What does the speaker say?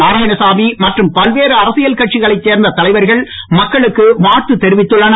நாராயணசாமி மற்றும் பல்வேறு அரசியல் கட்சிகளைச் சேர்ந்த தலைவர்கன் மக்களுக்கு வாழ்த்து தெரிவித்துன்ளனர்